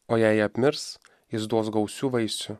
o jei apmirs jis duos gausių vaisių